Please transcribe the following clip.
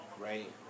right